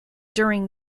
during